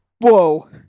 Whoa